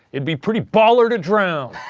it'd be pretty baller to drown!